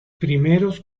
primeros